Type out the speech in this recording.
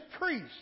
priest